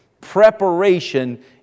Preparation